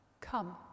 come